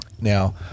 Now